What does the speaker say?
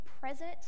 present